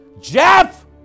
Jeff